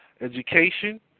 education